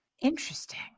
interesting